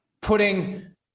putting